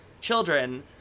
children